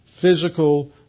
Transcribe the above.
physical